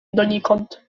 donikąd